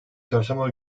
çarşamba